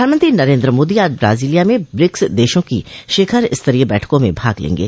प्रधानमंत्री नरेन्द्र मोदी आज ब्राजिलिया में ब्रिक्स देशों की शिखर स्तरीय बैठकों में भाग लेंगे